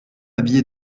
habillé